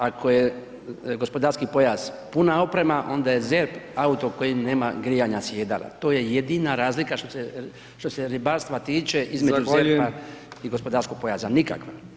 Ako je gospodarski pojas puna oprema, onda je ZERP auto koji nema grijanja sjedala, to je jedina razlika što se ribarstva tiče između ZERP-a i gospodarskog pojasa, nikakva.